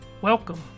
Welcome